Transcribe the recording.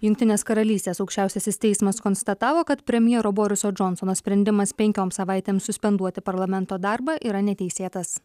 jungtinės karalystės aukščiausiasis teismas konstatavo kad premjero boriso džonsono sprendimas penkioms savaitėms suspenduoti parlamento darbą yra neteisėtas